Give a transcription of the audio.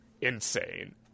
insane